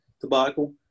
tobacco